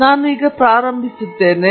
ಆದ್ದರಿಂದ ಇದರೊಂದಿಗೆ ನಾವು ಪ್ರಾರಂಭಿಸುತ್ತೇವೆ